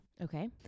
Okay